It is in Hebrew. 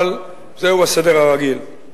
אבל זהו הסדר הרגיל.